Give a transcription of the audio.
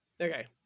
okay